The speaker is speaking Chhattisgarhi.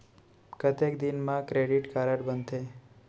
कतेक दिन मा क्रेडिट कारड बनते?